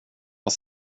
var